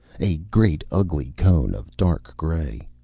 a great ugly cone of dark gray.